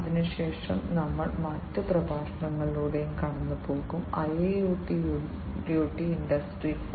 അതിനുശേഷം ഞങ്ങൾ മറ്റ് പ്രഭാഷണങ്ങളിലൂടെ കടന്നുപോകും IIoT ഇൻഡസ്ട്രി 4